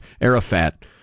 Arafat